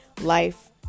life